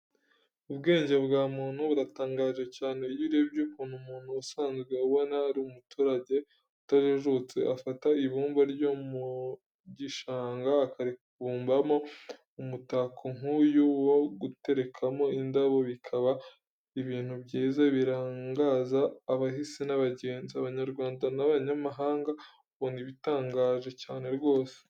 Ubwenge bwa muntu buratangaje cyane. Iyo urebye ukuntu umuntu usanzwe ubona ari umuturage utajijutse, afata ibumba ryo mu gishanga, akaribumbamo umutako nk'uyu wo guteguramo indabo, bikaba ibintu byiza birangaza abahisi n'abagenzi, Abanyarwanda n'abanyamahanga, ubona bitangaje cyane rwose.